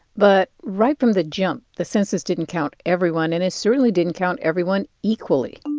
but right from the jump, the census didn't count everyone. and it certainly didn't count everyone equally